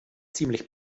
ziemlich